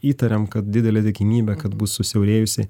įtariam kad didelė tikimybė kad bus susiaurėjusi